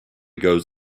goes